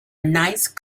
nice